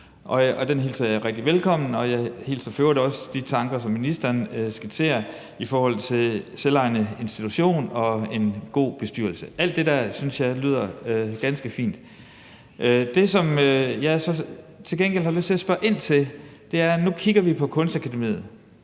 Den hilser jeg velkommen, og jeg hilser for øvrigt også de tanker, som ministeren skitserer i forhold til en selvejende institution og en god bestyrelse, velkommen. Alt det der synes jeg lyder ganske fint. Det, som jeg til gengæld har lyst til at spørge ind til, er om det, at nu kigger vi på Kunstakademiet.